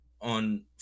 on